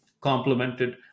complemented